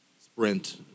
Sprint